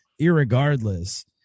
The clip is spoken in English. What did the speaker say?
irregardless